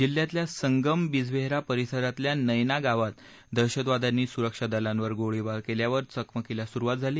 जिल्ह्यातल्या संगम बिजबेहरा परिसरातल्या नयना गावात दहशतवाद्यांनी सुरक्षा दलांवर गोळीबार केल्यावर चकमकीला सुरुवात झाली